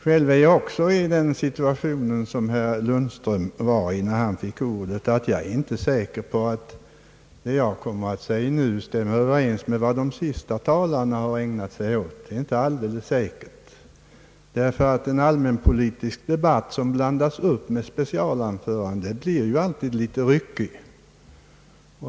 Själv befinner jag mig också i den situation som herr Lundström befann sig i när han fick ordet, nämligen att jag inte är säker på att det jag kommer att säga stämmer överens med vad de senaste talarna ägnat sig åt. En allmänpolitisk debatt som blandas upp med specialanföranden blir alltid litet ryckig.